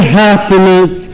happiness